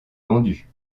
vendue